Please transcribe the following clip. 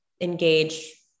engage